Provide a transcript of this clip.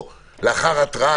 או לאחר התראה,